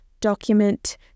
document